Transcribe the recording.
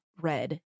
red